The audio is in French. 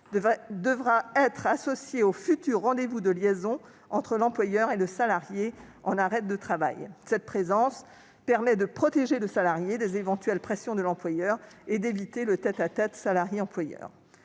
devra être associé au futur rendez-vous de liaison entre l'employeur et le salarié en arrêt de travail. Cette présence permet de protéger le salarié des éventuelles pressions de l'employeur et d'éviter un tête-à-tête entre eux.